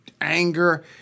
anger